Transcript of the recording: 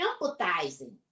empathizing